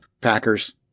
Packers